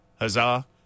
huzzah